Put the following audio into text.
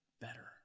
better